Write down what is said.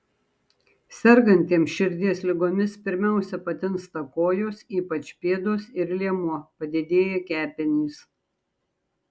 sergantiems širdies ligomis pirmiausia patinsta kojos ypač pėdos ir liemuo padidėja kepenys